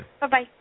Bye-bye